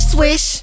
Swish